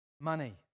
money